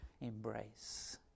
embrace